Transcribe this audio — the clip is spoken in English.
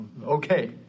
Okay